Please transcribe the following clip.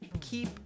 keep